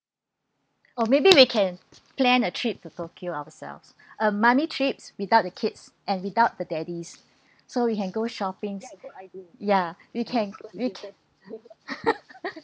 oh maybe we can plan a trip to tokyo ourselves a mummies' trip without the kids and without the daddies so we can go shopping ya we can we can